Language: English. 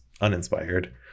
uninspired